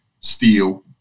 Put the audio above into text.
steel